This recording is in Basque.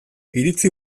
iritzi